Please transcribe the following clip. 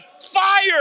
fire